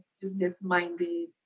business-minded